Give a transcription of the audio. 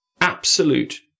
absolute